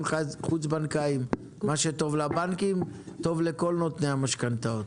חוץ-בנקאיים מה שטוב לבנקים טוב לכל נותני המשכנתאות.